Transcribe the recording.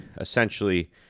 essentially